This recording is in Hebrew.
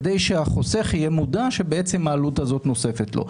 כדי שהחוסך יהיה מודע שבעצם העלות הזאת נוספת לו.